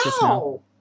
No